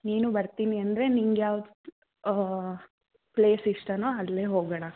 ನೀನೂ ಬರ್ತೀನಿ ಅಂದರೆ ನಿನಗೆ ಯಾವ ಪ್ಲೇಸ್ ಇಷ್ಟಾನೋ ಅಲ್ಲೇ ಹೋಗೋಣ